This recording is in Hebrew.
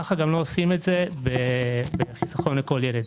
כך גם לא עושים את זה בחיסכון לכל ילד.